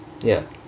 ya